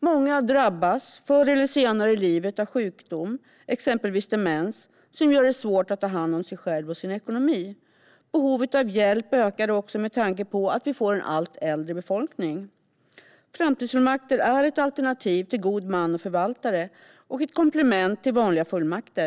Många drabbas förr eller senare i livet av sjukdom, exempelvis demens, som gör det svårt ta hand om sig själv och sin ekonomi. Behovet av hjälp ökar också med tanke på att vi får en allt äldre befolkning. Framtidsfullmakter är ett alternativ till god man och förvaltare och ett komplement till vanliga fullmakter.